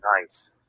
nice